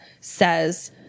says